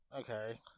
Okay